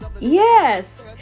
yes